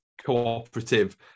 cooperative